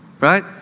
right